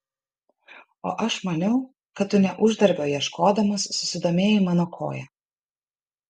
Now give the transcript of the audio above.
o aš maniau kad tu ne uždarbio ieškodamas susidomėjai mano koja